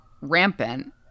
rampant